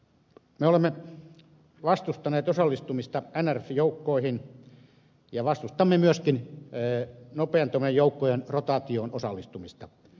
me olemme vastustaneet osallistumista nrf joukkoihin ja vastustamme myöskin nopean toiminnan joukkojen rotaatioon osallistumista